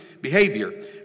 Behavior